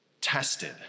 tested